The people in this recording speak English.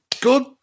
good